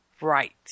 right